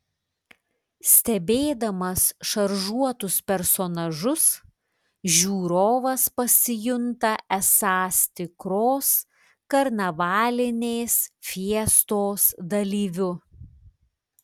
stebėdamas šaržuotus personažus žiūrovas pasijunta esąs tikros karnavalinės fiestos dalyviu